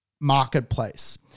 marketplace